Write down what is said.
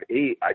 eight